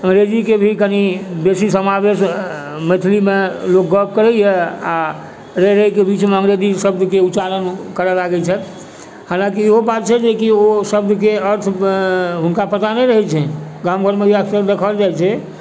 अंग्रेजीके भी कनि बेसी समावेश मैथिलीमे लोक गप करइए आओर रहि रहिके बीचमे अंग्रेजी शब्दके उच्चारण करऽ लागय छथि हालाँकि इहो बात छै जे कि ओइ शब्दके अर्थ हुनका पता नहि रहय छन्हि गाम घरमे इएह सब देखल जाइ छै